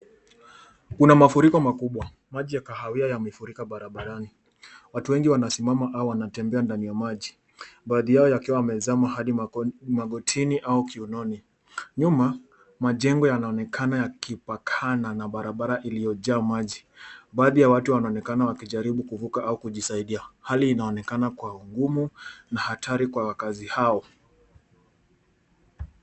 Kuna mafuriko makubwa. Maji ya kahawia yamefurika barabarani. Watu wengi wanasimama au wanatembea ndani ya maji baadhi yao yakiwa yamezama hadi magotini au kiunoni. Nyuma majengo yanaonekana ya kipakana na barabara iliyojaa maji. Baadhi ya watu wanaonekana wakijaribu kuvuka au kujisaidia. Hali inaonekana kwa ngumu na hatari kwa wakazi hao.